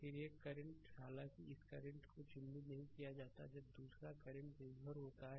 फिर एक और करंट हालांकि इस करंट को चिह्नित नहीं किया जाता है तब दूसरा करंट निर्भर होता है